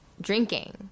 drinking